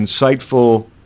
insightful